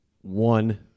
One